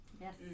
Yes